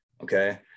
okay